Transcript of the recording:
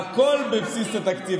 הייתי עושה הכול בבסיס התקציב.